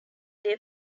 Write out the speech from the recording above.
their